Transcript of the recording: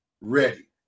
ready